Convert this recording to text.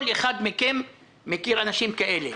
כל אחד מכם מכיר אנשים כאלה,